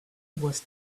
was